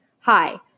Hi